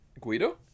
Guido